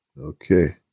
Okay